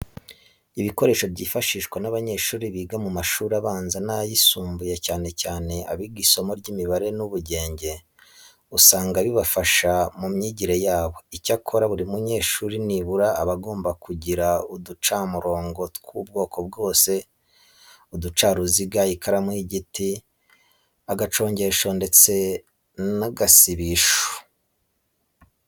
Ibikoresho byifashishwa n'abanyeshuri biga mu mashuri abanza n'ayisumbuye cyane cyane abiga isomo ry'imibare n'ubugenge, usanga bibafasha mu myigire yabo. Icyakora buri munyeshuri nibura aba agomba kugira uducamurongo tw'ubwoko bwose, uducaruziga, ikaramu y'igiti, agacongesho ndetse n'agasibisho.